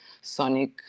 sonic